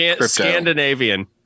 Scandinavian